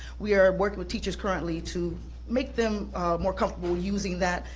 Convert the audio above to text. we are working with teachers currently to make them more comfortable using that.